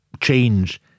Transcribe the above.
change